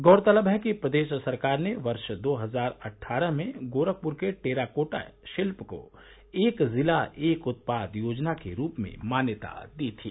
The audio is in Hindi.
गौरतलब है कि प्रदेश सरकार ने वर्ष दो हजार अट्ठारह में गोरखप्र के टेराकोटा शिल्प को एक जिला एक उत्पाद योजना के रूप में मान्यता दी थी